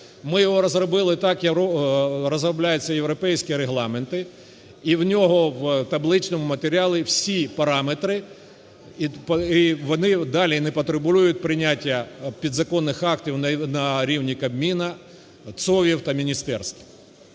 Ми його розробили так, як розробляються європейські регламенти. І в його в табличному матеріалі всі параметри, і вони далі не потребують прийняття підзаконних актів на рівні Кабміну, ЦОВВів та міністерств.